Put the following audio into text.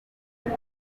muri